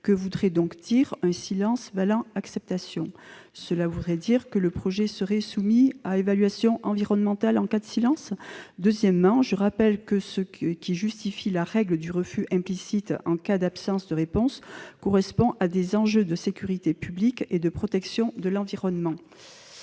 Que voudrait donc dire un silence valant acceptation ? Le projet serait-il soumis à évaluation environnementale en cas de silence ? Deuxième remarque, je rappelle que ce qui justifie la règle du refus implicite en cas d'absence de réponse correspond à des enjeux de sécurité publique et de protection de l'environnement.